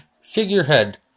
figurehead